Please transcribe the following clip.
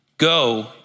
Go